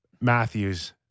Matthews